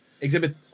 Exhibit